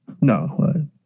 No